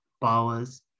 powers